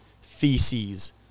feces